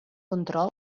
control